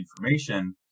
information